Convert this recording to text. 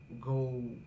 go